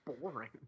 boring